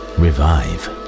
revive